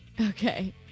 Okay